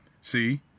See